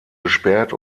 gesperrt